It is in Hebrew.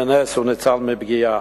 בנס הוא ניצל מפגיעה.